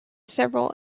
several